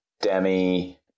demi